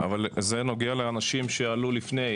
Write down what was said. זה נוגע למי שעלה לפני.